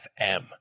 FM